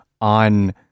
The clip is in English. on